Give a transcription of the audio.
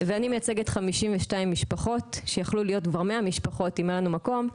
ואני מייצגת 52 משפחות שיכלו להיות כבר 100 משפחות אם היה לנו מקום,